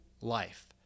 life